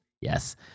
Yes